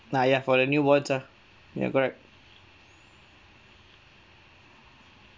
ah ya for the newborns lah ya correct